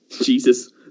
Jesus